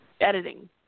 editing